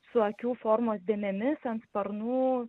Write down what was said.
su akių formos dėmėmis ant sparnų